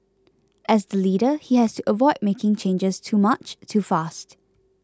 as the leader he has to avoid making changes too much too fast